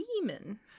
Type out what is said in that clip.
demon